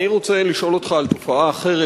אני רוצה לשאול אותך על תופעה אחרת,